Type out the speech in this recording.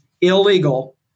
illegal